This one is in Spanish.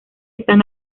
están